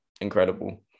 incredible